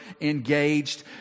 engaged